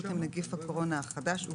עם נגיף הקורונה החדש (הוראת שעה),